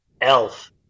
Elf